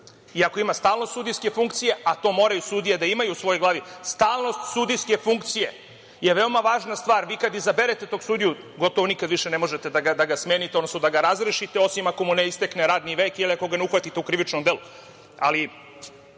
Ako ima stalnost sudijske funkcije, a to sudije moraju da imaju u svojoj glavi. Stalnost sudijske funkcije je veoma važna stvar. Vi kada izaberete tog sudiju gotovo nikad više ne možete da ga smenite, odnosno da ga razrešite, osim ako mu ne istekne radni vek ili ako ga ne uhvatite u krivičnom delu,